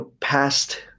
past